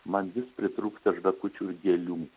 man vis pritrūksta žvakučių ir gėlių